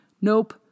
Nope